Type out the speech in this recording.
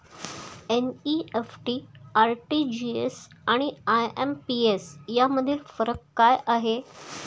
NEFT, RTGS आणि IMPS यामधील फरक काय आहे?